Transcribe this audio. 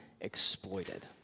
exploited